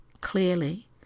clearly